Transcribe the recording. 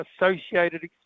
associated